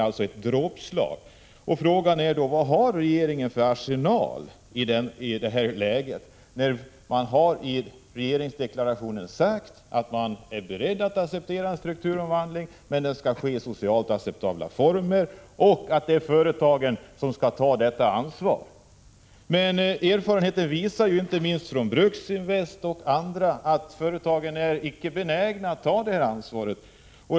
Frågan är då: Vilken arsenal har regeringen till förfogande i detta läge, med tanke på att man i regeringsdeklarationen har sagt att man är beredd att acceptera en strukturomvandling, men att denna skall genomföras under socialt godtagbara former och att ansvaret härför skall tas av företagen? Erfarenheten från Bruksinvest men även från andra håll visar att företagen inte är benägna att ta ansvar för detta.